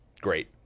Great